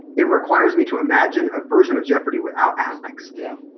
it requires me to imagine a version of jeopardy without alex. yeah.